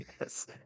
Yes